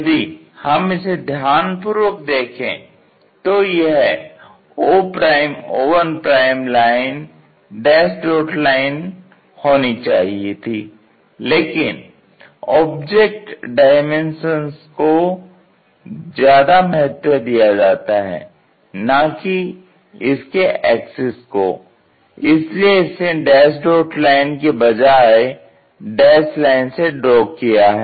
यदि हम इसे ध्यान पूर्वक देखें तो यह oo1 line dash dot line होनी चाहिए थी लेकिन ऑब्जेक्ट डायमेंशन को ज्यादा महत्व दिया जाता है ना कि इसके एक्सिस को इसलिए इसे डैस डॉट लाइन की बजाए डैस लाइन से ड्रॉ किया है